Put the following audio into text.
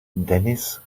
dennis